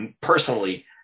personally